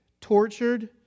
tortured